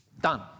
done